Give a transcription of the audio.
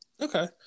okay